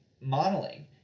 modeling